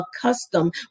accustomed